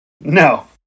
No